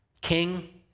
King